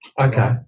Okay